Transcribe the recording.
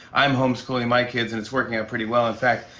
i'm homeschooling my kids, and it's working out pretty well. in fact,